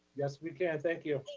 yes, we can. thank you.